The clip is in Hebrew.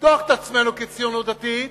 לפתוח את עצמנו כציונות דתית,